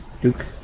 Duke